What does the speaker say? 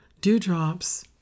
dewdrops